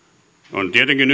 on tietenkin